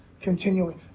continually